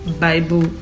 Bible